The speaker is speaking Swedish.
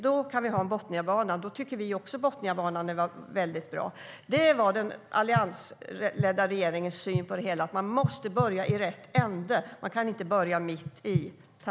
Då kan vi ha en Botniabana - då tycker vi också att Botniabanan är väldigt bra.